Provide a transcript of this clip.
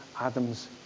Adam's